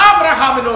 Abraham